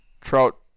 Trout